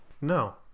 no